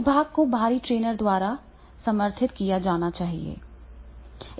इस भाग को बाहरी ट्रेनर द्वारा समर्थित किया जा सकता है